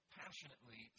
passionately